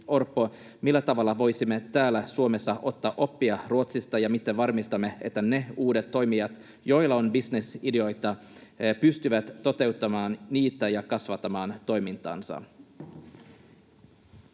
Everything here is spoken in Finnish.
Orpo, millä tavalla voisimme täällä Suomessa ottaa oppia Ruotsista ja miten varmistamme, että ne uudet toimijat, joilla on bisnesideoita, pystyvät toteuttamaan niitä ja kasvattamaan toimintaansa.